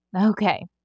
Okay